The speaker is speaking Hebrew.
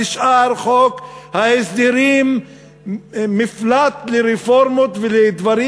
נשאר חוק ההסדרים מפלט לרפורמות ולדברים